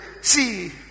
See